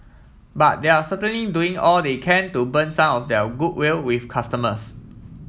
but they're certainly doing all they can to burn some of their goodwill with customers